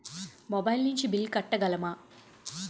Mobile నుంచి bill కట్టగలమ?